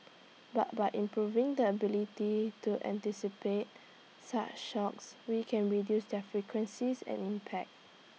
but by improving the ability to anticipate such shocks we can reduce their frequencies and impact